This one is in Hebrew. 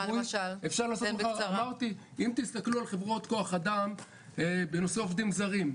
למשל אם מסתכלים על חברות כוח אדם לעובדים זרים.